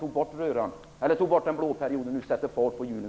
Det var därför man avslutade den blå perioden och nu sätter fart på hjulen.